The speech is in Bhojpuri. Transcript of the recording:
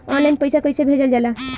ऑनलाइन पैसा कैसे भेजल जाला?